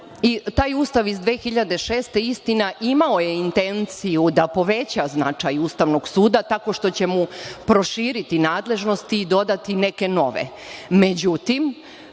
Taj Ustav iz 2006. godine, istina, imao je intenciju da poveća značaj Ustavnog suda tako što će mu proširiti nadležnosti i dodati neke nove.